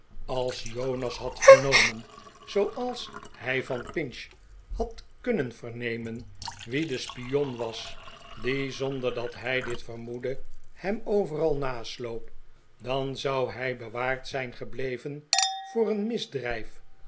als jonas had vernomen zooals hij van pinch had kunnen vernemen wie de spion was die zonder dat hij dit vermoedde hem overal nasloop dan zou hij bewaard zijn gebleven voor een misdrijf